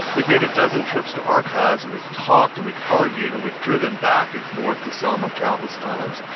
we've made a dozen trips to archives, and we've talked, and we've argued, and we've driven back and forth to selma countless times.